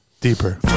Deeper